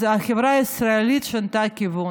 החברה הישראלית שינתה כיוון.